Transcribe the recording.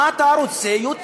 מה אתה רוצה יותר?